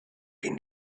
been